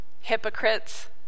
hypocrites